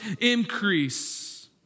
increase